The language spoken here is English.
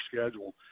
schedule